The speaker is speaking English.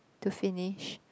to finish